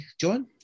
John